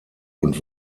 und